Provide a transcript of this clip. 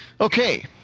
Okay